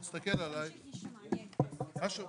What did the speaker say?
אז אני רוצה טיפה להדגיש קצת את הפיילוט הזה ומה נעשה שם.